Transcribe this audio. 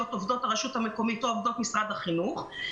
עובדות הרשות המקומית או עובדות משרד החינוך.